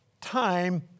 time